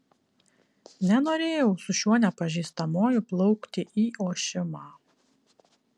nenorėjau su šiuo nepažįstamuoju plaukti į ošimą